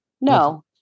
No